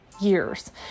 years